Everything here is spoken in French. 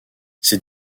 ces